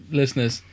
listeners